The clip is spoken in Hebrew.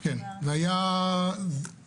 כן, והיה מצוין.